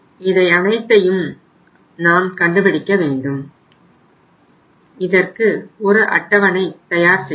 இதை அனைத்தையும் நான் கண்டுபிடிக்க வேண்டும் இதற்கு ஒரு அட்டவணை தயார் செய்வோம்